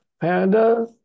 Panda